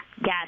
Yes